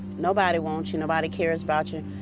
nobody wants you, nobody cares about you.